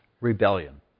rebellion